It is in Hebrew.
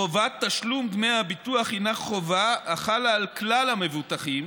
חובת תשלום דמי הביטוח הינה חובה החלה על כלל המבוטחים,